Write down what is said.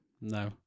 No